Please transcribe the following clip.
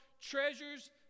treasures